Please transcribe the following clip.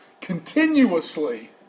continuously